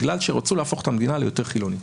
בגלל שרצו להפוך את המדינה ליותר חילונית.